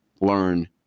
learn